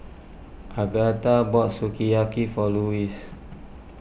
Agatha bought Sukiyaki for Lewis